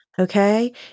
okay